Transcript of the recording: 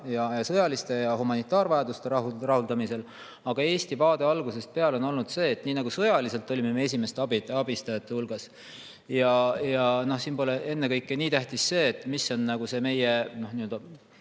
ja sõjaliste ja humanitaarvajaduste rahuldamisel. Aga Eesti vaade on algusest peale olnud see, et nii nagu me sõjaliselt olime esimeste abistajate hulgas – ja siin pole ennekõike nii tähtis see, mis on meie